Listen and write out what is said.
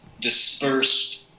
dispersed